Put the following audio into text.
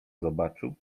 zobaczył